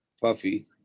Puffy